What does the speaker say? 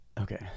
Okay